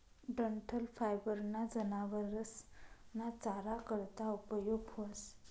डंठल फायबर ना जनावरस ना चारा करता उपयोग व्हस